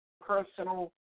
personal